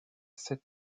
sept